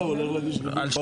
על שניהם.